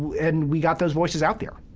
and we got those voices out there.